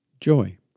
Joy